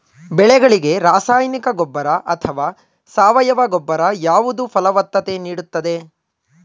ಬೆಳೆಗಳಿಗೆ ರಾಸಾಯನಿಕ ಗೊಬ್ಬರ ಅಥವಾ ಸಾವಯವ ಗೊಬ್ಬರ ಯಾವುದು ಫಲವತ್ತತೆ ನೀಡುತ್ತದೆ?